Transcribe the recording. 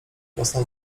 własne